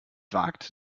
wagt